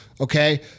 okay